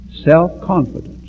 Self-confidence